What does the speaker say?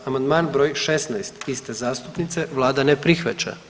Amandman br. 16 iste zastupnice, Vlada ne prihvaća.